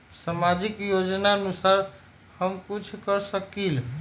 सामाजिक योजनानुसार हम कुछ कर सकील?